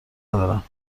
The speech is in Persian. ندارم